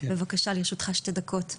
בבקשה לרשותך שתי דקות.